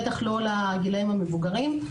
בטח לא לגילאים המבוגרים,